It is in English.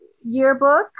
yearbook